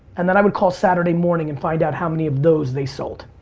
and then i would call saturday morning and find out how many of those they sold.